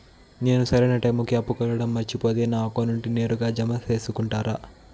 నేను సరైన టైముకి అప్పు కట్టడం మర్చిపోతే నా అకౌంట్ నుండి నేరుగా జామ సేసుకుంటారా?